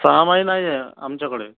सहामाही नाही आहे आमच्याकडे